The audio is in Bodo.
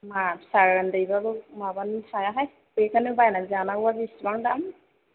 मा फिसा उन्दैबाबो माबानि थायाहाय बेखौनो बायनानै जानांगौआ बेसेबां दाम